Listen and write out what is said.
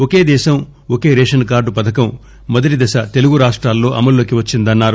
ఒకే దేశం ఒకే ration card పథకం మొదటి దశ తెలుగు రాష్టాల్లో అమల్లోకి వచ్చిందన్నారు